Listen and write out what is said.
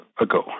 ago